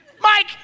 mike